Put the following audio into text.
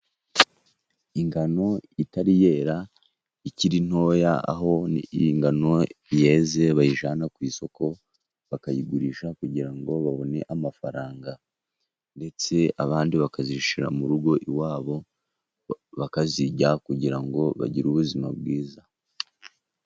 Ingano itari yera, ikiri ntoya aho iyi ngano yeze bayijyana ku isoko bakayigurisha ,kugira ngo babone amafaranga ,ndetse abandi bakazishyira mu rugo iwabo bakazirya, kugira ngo bagire ubuzima bwiza.